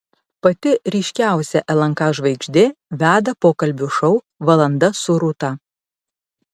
pati ryškiausia lnk žvaigždė veda pokalbių šou valanda su rūta